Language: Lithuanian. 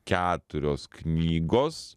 keturios knygos